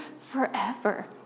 forever